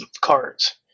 cards